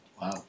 Wow